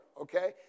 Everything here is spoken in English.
Okay